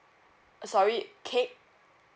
uh sorry cake